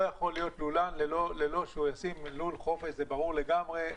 לא יכול להיות לולן מבלי שהוא ישים לול חופש זה ברור לגמרי,